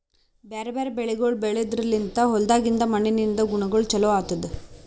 ಬ್ಯಾರೆ ಬ್ಯಾರೆ ಬೆಳಿಗೊಳ್ ಬೆಳೆದ್ರ ಲಿಂತ್ ಹೊಲ್ದಾಗಿಂದ್ ಮಣ್ಣಿನಿಂದ ಗುಣಗೊಳ್ ಚೊಲೋ ಆತ್ತುದ್